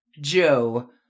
Joe